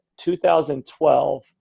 2012